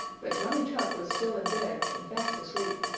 but johnny chuck was still in bed and fast asleep.